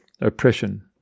oppression